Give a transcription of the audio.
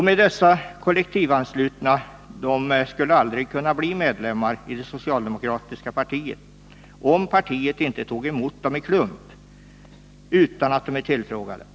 Men dessa kollektivanslutna skulle aldrig kunna bli medlemmar i det socialdemokratiska partiet om partiet inte tog emot dem i klump och utan att de är tillfrågade.